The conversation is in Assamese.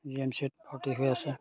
জিএমচিত ভৰ্তি হৈ আছে